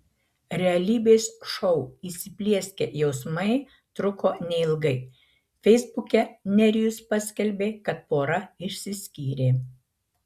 realybės šou įsiplieskę jausmai truko neilgai feisbuke nerijus paskelbė kad pora išsiskyrė